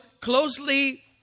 closely